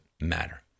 matter